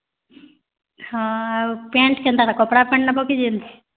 ହଁ ଆଉ ପ୍ୟାଣ୍ଟ୍ କେନ୍ତାର କପଡ଼ା ପ୍ୟାଣ୍ଟ୍ ନବ କି ଜିନ୍ସ୍